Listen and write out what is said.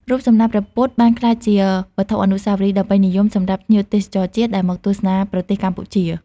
រូបសំណាកព្រះពុទ្ធបានក្លាយជាវត្ថុអនុស្សាវរីយ៍ដ៏ពេញនិយមសម្រាប់ភ្ញៀវទេសចរណ៍ដែលមកទស្សនាប្រទេសកម្ពុជា។